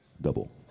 Double